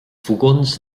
fogons